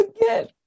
Again